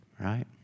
right